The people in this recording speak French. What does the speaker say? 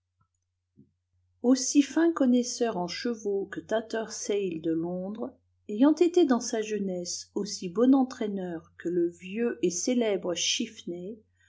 aussi fin connaisseur en chevaux que tatersail de londres ayant été dans sa jeunesse aussi bon entraîneur que le vieux et célèbre chiffney